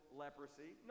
leprosy